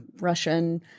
Russian